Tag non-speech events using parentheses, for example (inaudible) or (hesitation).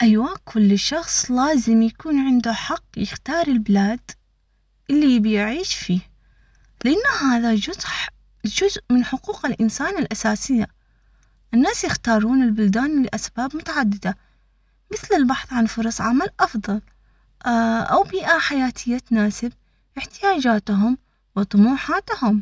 أيوة، كل شخص لازم يكون عنده حق يختار البلاد اللي يبي يعيش فيه، لأنه هذا يجوز (hesitation) جزء من حقوق الإنسان الأساسية، الناس يختارون البلدان لأسباب متعددة مثل البحث عن فرص عمل أفضل. (hesitation)